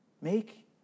Make